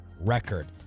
record